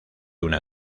una